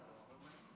לרשותך חמש